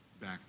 back